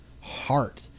heart